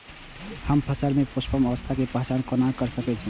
हम फसल में पुष्पन अवस्था के पहचान कोना कर सके छी?